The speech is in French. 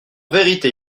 vérité